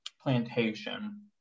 plantation